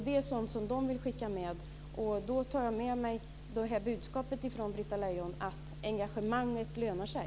Det är sådant som dessa kvinnor vill skicka med. Då tar jag med budskapet från Britta Lejon, att engagemanget lönar sig.